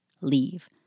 Leave